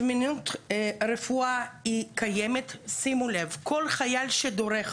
זמינות רפואה קיימת ושימו לב, כל חייל שדורך